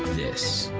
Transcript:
this,